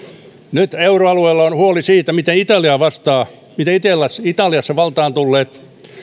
nyt euroalueella on huoli siitä miten italia vastaa miten italiassa valtaan tulleet